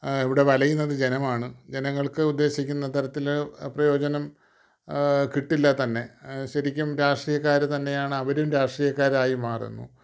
ഇവിടെ വലയുന്നത് ജനമാണ് ജനങ്ങൾക്ക് ഉദ്ദേശിക്കുന്ന തരത്തിൽ പ്രയോജനം കിട്ടില്ല തന്നെ ശരിക്കും രാഷ്ട്രീയക്കാർ തന്നെയാണ് അവരും രാഷ്ട്രീയക്കാരായി മാറുന്നു